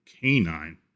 canine